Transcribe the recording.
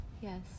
yes